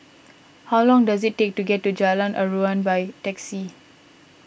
how long does it take to get to Jalan Aruan by taxi